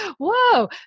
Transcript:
whoa